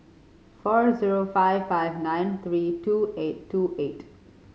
four zero five five nine three two eight two eight